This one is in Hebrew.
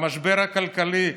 על המשבר הכלכלי,